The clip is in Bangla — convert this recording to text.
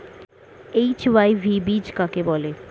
এইচ.ওয়াই.ভি বীজ কাকে বলে?